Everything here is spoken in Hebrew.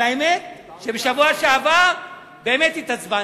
אבל האמת, בשבוע שעבר באמת התעצבנתי.